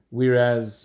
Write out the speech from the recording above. Whereas